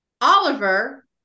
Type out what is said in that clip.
Oliver